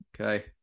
Okay